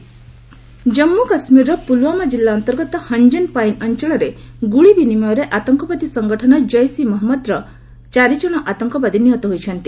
JK encounter Jammu କାଶ୍ମୀରର ପୁଲ୍ୱାମା ଜିଲ୍ଲା ଅନ୍ତର୍ଗତ ହଞ୍ଜମ୍ପାଇନ୍ ଅଞ୍ଚଳରେ ଗୁଳି ବିନିମୟରେ ଆତଙ୍କବାଦୀ ସଂଗଠନ ଜୈସ୍ ଇ ମହମ୍ମଦର ଚାରିଜଣ ଆତଙ୍କବାଦୀ ନିହତ ହୋଇଛନ୍ତି